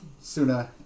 Suna